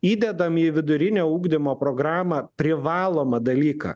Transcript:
įdedam į vidurinio ugdymo programą privalomą dalyką